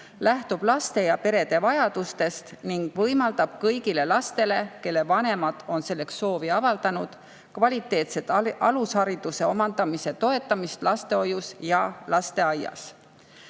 lähtub laste ja perede vajadustest ning võimaldab kõigile lastele, kelle vanemad on selleks soovi avaldanud, kvaliteetse alushariduse omandamise toetamist lastehoius ja lasteaias. Eelnõu